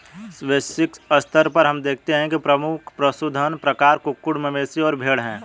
वैश्विक स्तर पर हम देखते हैं कि प्रमुख पशुधन प्रकार कुक्कुट, मवेशी और भेड़ हैं